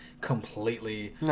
completely